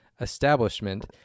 establishment